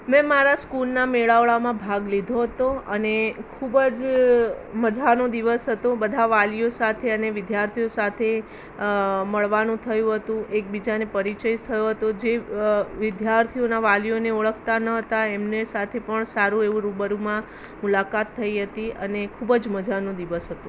મેં મારા સ્કૂલના મેળાવડામાં ભાગ લીધો હતો અને ખૂબ જ મજાનો દિવસ હતો બધા વાલીઓ સાથે અને વિદ્યાર્થીઓ સાથે મળવાનું થયું હતું એકબીજાને પરિચય થયો હતો જે વિદ્યાર્થીઓનાં વાલીઓને ઓળખતા ન હતાં એમને સાથે પણ સારું એવું રૂબરૂમાં મુલાકાત થઈ હતી અને ખૂબ જ મજાનો દિવસ હતો